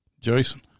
jason